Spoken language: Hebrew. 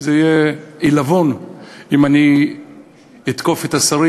זה יהיה עלבון אם אתקוף את השרים.